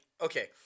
okay